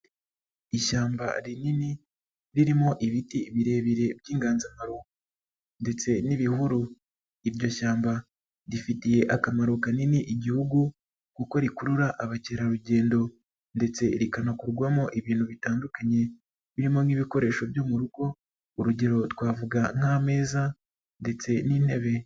Ishyamba rinini ririmo ibiti birebire by'inganzamarumbo ndetse n'ibihuru, iryo shyamba rifitiye akamaro kanini igihugu kuko rikurura abakerarugendo ndetse rikanakurwamo ibintu bitandukanye birimo nk'ibikoresho byo mu rugo, urugero twavuga nk'ameza ndetse n'intebe.